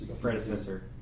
predecessor